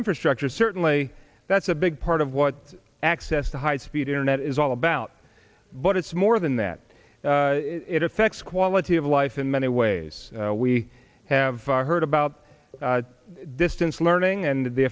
infrastructure certainly that's a big part of what access to high speed internet is all about but it's more than that it affects quality of life in many ways we have heard about distance learning and the